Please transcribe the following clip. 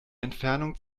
entfernung